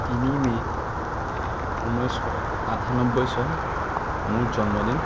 তিনি মে' ঊনৈছশ আঠানব্বৈ চন মোৰ জন্মদিন